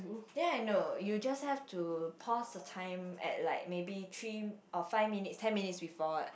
then I know you just have to post a time at like maybe three or five minutes ten minutes before